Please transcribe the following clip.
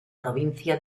provincia